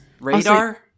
Radar